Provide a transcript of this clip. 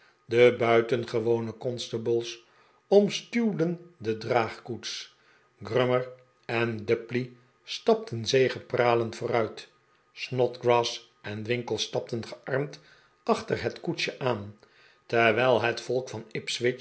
de buitengewone constables omstuwden de draagkoets grummer en dubbley stapten zegepralend vooruit snodgrass en winkle stapten gearmd achter het koetsje aan terwijl het volk van